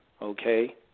Okay